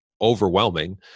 overwhelming